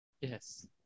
Yes